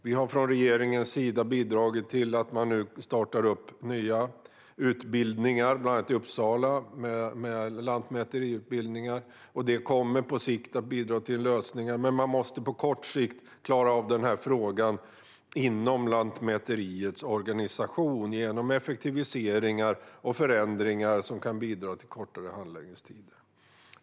Vi har från regeringens sida bidragit till att man nu startar nya lantmäteriutbildningar, bland annat i Uppsala. Det kommer på sikt att bidra till lösningar, men man måste på kort sikt klara av den här frågan inom Lantmäteriets organisation genom effektiviseringar och förändringar som kan bidra till kortare handläggningstider.